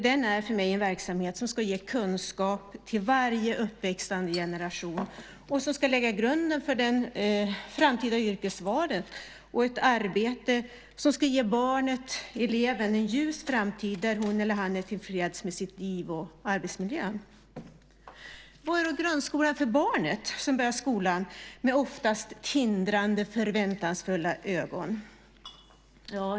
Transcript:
Den är för mig en verksamhet som ska ge kunskap till varje uppväxande generation och lägga grunden för det framtida yrkesvalet och ett arbete som ska ge barnet, eleven, en ljus framtid där hon eller han är tillfreds med sitt liv och sin arbetsmiljö. Vad är då grundskolan för barnet som börjar skolan, oftast med tindrande, förväntansfulla ögon?